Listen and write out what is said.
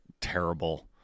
Terrible